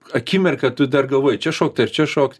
akimirką tu dar galvoji čia šokti ar čia šokt